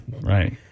right